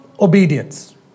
obedience